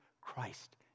Christ